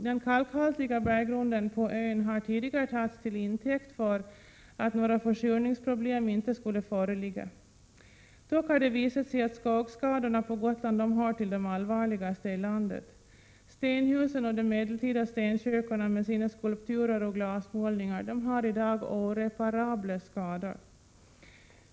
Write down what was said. Den kalkhaltiga berggrunden på ön har tidigare tagits till intäkt för att några försurningsproblem inte skulle föreligga. Dock har det visat sig att skogsskadorna på Gotland hör till de allvarligaste i landet. Stenhusen och de medeltida stenkyrkorna med sina skulpturer och glasmålningar har i dag oreparabla skador.